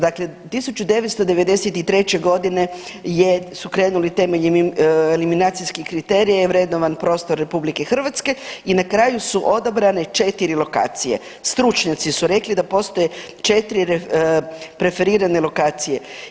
Dakle, 1993.g. su krenuli temeljni eliminacijski kriteriji, je vrednovan prostor RH i na kraju su odabrane 4 lokacije, stručnjaci su rekli da postoje 4 preferirane lokacije.